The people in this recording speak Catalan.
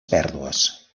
pèrdues